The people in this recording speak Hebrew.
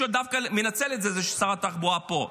מנצל את זה ששרת התחבורה פה.